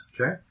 Okay